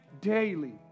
daily